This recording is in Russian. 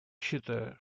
считаю